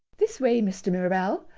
this way, mr. mirabell,